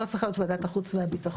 היא לא צריכה להיות ועדת החוץ והביטחון,